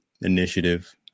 initiative